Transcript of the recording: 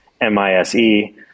m-i-s-e